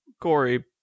Corey